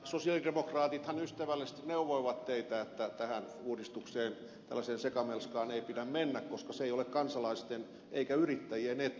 sosialidemokraatithan ystävällisesti neuvoivat teitä että tähän uudistukseen tällaiseen sekamelskaan ei pidä mennä koska se ei ole kansalaisten eikä yrittäjien etu